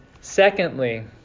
secondly